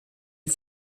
den